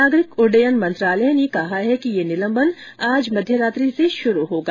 नागरिक उड्डयन मंत्रालय ने कहा है कि यह निलंबन आज मध्य रात्रि से शुरू होगा